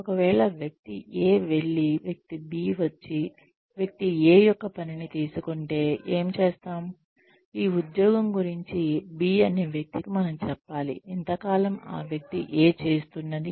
ఒకవేళ వ్యక్తి A వెళ్లి వ్యక్తి B వచ్చి వ్యక్తి A యొక్క పనిని తీసుకుంటే ఏమి చేస్తాం ఈ ఉద్యోగం గురించి B అనే వ్యక్తికి మనం చెప్పాలి ఇంతకాలం ఆ వ్యక్తి A చేస్తున్నది